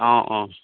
অঁ অঁ